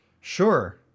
Sure